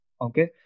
Okay